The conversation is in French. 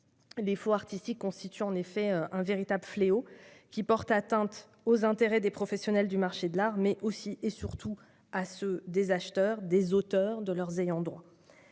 Les faux artistiques constituent en effet un véritable fléau, qui porte atteinte aux intérêts des professionnels du marché de l'art, mais aussi et surtout à ceux des acheteurs, des auteurs et de leurs ayants droit.